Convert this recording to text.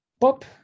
pop